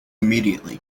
immediately